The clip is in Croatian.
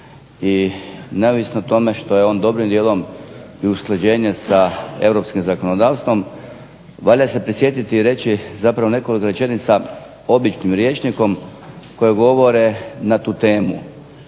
i neovisno o tome što je on dobrim dijelom i usklađenje sa europskim zakonodavstvom valja se prisjetiti i reći zapravo neku od rečenica običnim rječnikom koje govore na tu temu.